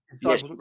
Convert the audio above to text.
yes